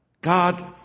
God